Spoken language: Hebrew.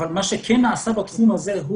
אבל מה שכן נעשה בתחום הזה,